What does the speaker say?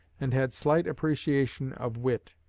and had slight appreciation of wit.